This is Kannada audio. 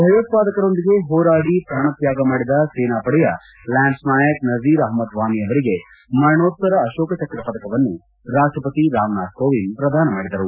ಭಯೋತ್ಪಾದಕರೊಂದಿಗೆ ಹೋರಾಡಿ ಪ್ರಾಣತ್ಯಾಗ ಮಾಡಿದ ಸೇನಾ ಪಡೆಯ ಲ್ಯಾನ್ಸ್ ನಾಯಕ್ ನಜೀರ್ ಅಪ್ಮದ್ ವಾನಿ ಅವರಿಗೆ ಮರಣೋತ್ತರ ಅಶೋಕ ಚಕ್ರ ಪದಕವನ್ನು ರಾಷ್ಟಪತಿ ರಾಮನಾಥ್ ಕೋವಿಂದ್ ಪ್ರದಾನ ಮಾಡಿದರು